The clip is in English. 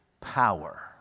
power